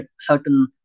certain